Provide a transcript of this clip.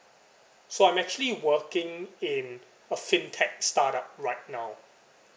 so I'm actually working in a fintech startup right now